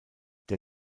der